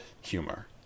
humor